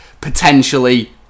potentially